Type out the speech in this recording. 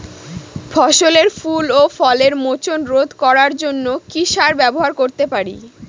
ফসলের ফুল ও ফলের মোচন রোধ করার জন্য কি সার ব্যবহার করতে পারি?